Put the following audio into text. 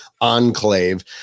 enclave